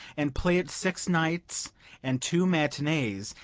and play it six nights and two matinees,